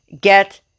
get